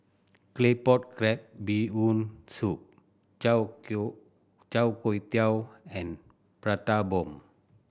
Claypot Crab Bee Hoon Soup char Char Kway Teow and Prata Bomb